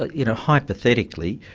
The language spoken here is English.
but you know, hypothetically,